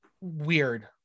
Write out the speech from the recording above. weird